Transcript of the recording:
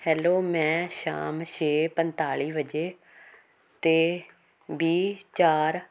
hello ਮੈਂ ਸ਼ਾਮ ਛੇ ਪੰਤਾਲੀ ਵਜੇ 'ਤੇ ਵੀਹ ਚਾਰ